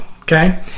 Okay